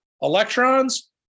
electrons